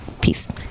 Peace